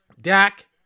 Dak